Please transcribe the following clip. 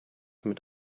mit